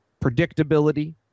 Predictability